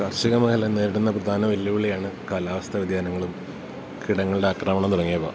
കാർഷിക മേഖല നേരിടുന്ന പ്രധാന വെല്ലുവിളിയാണ് കാലാവസ്ഥ വ്യതിയാനങ്ങളും കീടങ്ങളുടെ ആക്രമണം തുടങ്ങിയവ